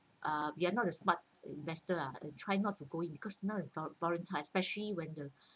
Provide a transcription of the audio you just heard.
uh we are not the smart investor lah try not to go in because now is volatile especially when the